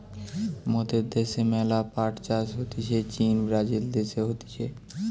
মোদের দ্যাশে ম্যালা পাট চাষ হতিছে চীন, ব্রাজিল দেশে হতিছে